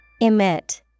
Emit